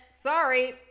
sorry